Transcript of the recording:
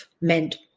meant